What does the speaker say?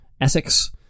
Essex